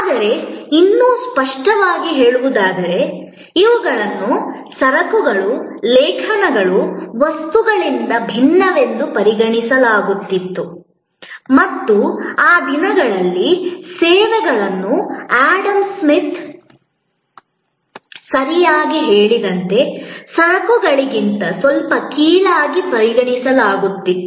ಆದರೆ ಇನ್ನೂ ಸ್ಪಷ್ಟವಾಗಿ ಹೇಳುವುದಾದರೆ ಇವುಗಳನ್ನು ಸರಕುಗಳು ಲೇಖನಗಳು ವಸ್ತುಗಳಿಂದ ಭಿನ್ನವೆಂದು ಪರಿಗಣಿಸಲಾಗುತ್ತಿತ್ತು ಮತ್ತು ಆ ದಿನಗಳಲ್ಲಿ ಸೇವೆಗಳನ್ನು ಆಡಮ್ ಸ್ಮಿತ್ ಸರಿಯಾಗಿ ಹೇಳಿದಂತೆ ಸರಕುಗಳಿಗಿಂತ ಸ್ವಲ್ಪ ಕೀಳಾಗಿ ಪರಿಗಣಿಸಲಾಗುತ್ತಿತ್ತು